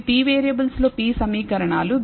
ఇవి p వేరియబుల్స్లో p సమీకరణాలు